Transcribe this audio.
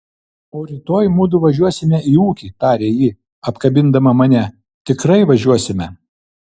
o rytoj mudu važiuosime į ūkį tarė ji apkabindama mane tikrai važiuosime